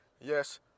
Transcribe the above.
yes